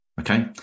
Okay